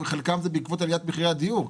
חלקם זה בעקבות עליית מחירי הדיור,